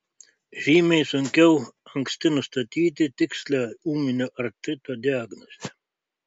žymiai sunkiau anksti nustatyti tikslią ūminio artrito diagnozę